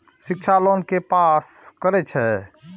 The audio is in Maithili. शिक्षा लोन के पास करें छै?